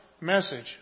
message